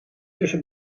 tussen